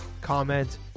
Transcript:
comment